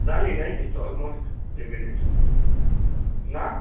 जालीं न्हय थंय इट्स ऑलमोस्ट थ्री मिनट्स ना